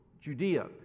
Judea